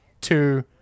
two